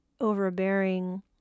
overbearing